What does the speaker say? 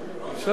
שלום לך.